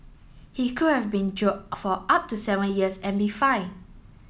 he could have been jailed for up to seven years and be fined